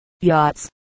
yachts